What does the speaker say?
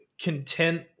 content